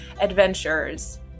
adventures